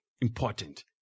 important